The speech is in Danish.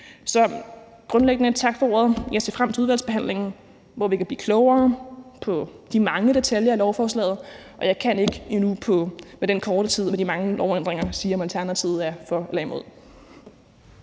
Så grundlæggende vil jeg sige tak for ordet, og at jeg ser frem til udvalgsbehandlingen, hvor vi kan blive klogere på de mange detaljer i lovforslaget. Jeg kan endnu ikke med den korte tid til de mange lovændringer sige, om Alternativet er for eller imod.